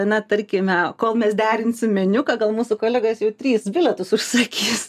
na tarkime kol mes derinsim meniu ką gal mūsų kolegos jau tris bilietus užsakys